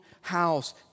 house